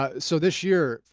ah so this year,